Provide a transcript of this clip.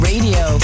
Radio